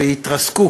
ויתרסקו